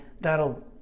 That'll